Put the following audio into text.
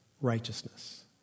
righteousness